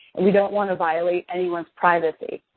and we don't want to violate anyone's privacy.